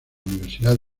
universidad